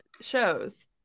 shows